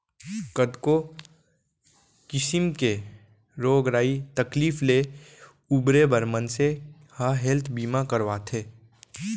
कतको किसिम के रोग राई तकलीफ ले उबरे बर मनसे ह हेल्थ बीमा करवाथे